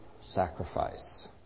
sacrifice